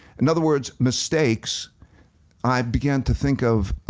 in other words, mistakes i began to think of